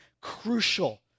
crucial